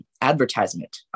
advertisement